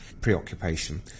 preoccupation